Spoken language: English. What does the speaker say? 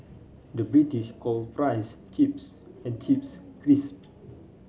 the British call fries chips and chips crisps